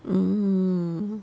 mm